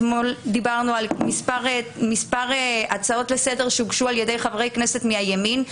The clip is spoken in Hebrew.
אתמול דיברנו על מספר הצעות לסדר שהוגשו על ידי חברי כנסת מהימין.